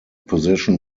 position